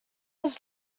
was